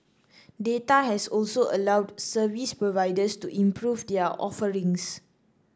data has also allowed service providers to improve their offerings